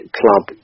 club